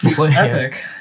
Epic